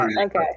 Okay